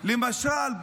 למשל,